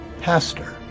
pastor